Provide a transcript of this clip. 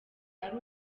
ari